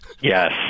Yes